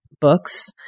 books